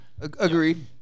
Agreed